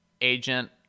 agent